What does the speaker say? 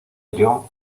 ello